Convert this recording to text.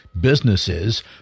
businesses